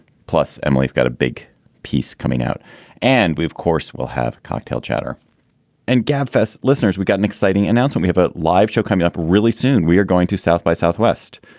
plus, emily's got a big piece coming out and we, of course, will have cocktail chatter and gabfests listeners we've got an exciting announcement. we have a live show coming up really soon. we are going to south by southwest.